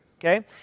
okay